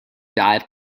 dive